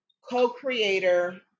co-creator